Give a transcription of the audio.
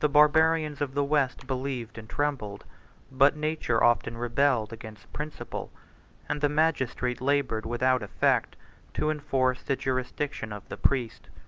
the barbarians of the west believed and trembled but nature often rebelled against principle and the magistrate labored without effect to enforce the jurisdiction of the priest.